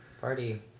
Party